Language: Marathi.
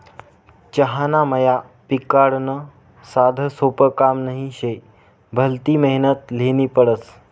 चहाना मया पिकाडनं साधंसोपं काम नही शे, भलती मेहनत ल्हेनी पडस